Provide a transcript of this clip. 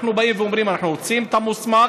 אנחנו באים ואומרים: אנחנו רוצים את המוסמכים,